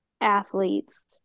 athletes